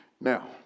Now